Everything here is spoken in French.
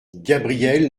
gabriel